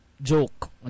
Joke